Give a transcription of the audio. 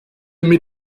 mit